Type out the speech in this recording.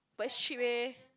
but it's cheap eh